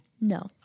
No